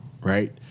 right